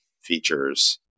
features